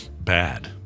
bad